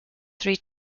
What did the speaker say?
three